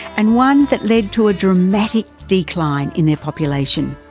and one that led to a dramatic decline in their population.